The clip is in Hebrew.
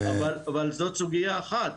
לא, אבל זו סוגיה אחת.